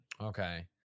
Okay